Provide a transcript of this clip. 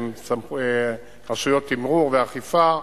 רשויות תמרור ואכיפה,